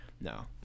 No